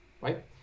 Right